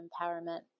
empowerment